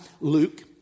Luke